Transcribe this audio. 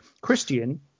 Christian